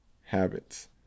habits